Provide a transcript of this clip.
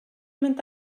mynd